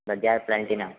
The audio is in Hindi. बजाज प्लाटिना